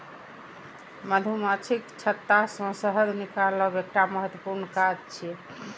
मधुमाछीक छत्ता सं शहद निकालब एकटा महत्वपूर्ण काज छियै